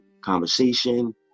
conversation